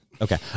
Okay